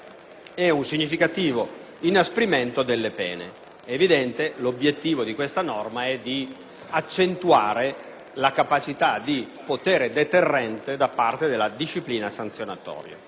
È un significativo inasprimento delle pene. Come è evidente, l'obiettivo di questa norma è di accentuare la capacità di potere deterrente da parte della disciplina sanzionatoria.